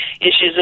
issues